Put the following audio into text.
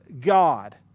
God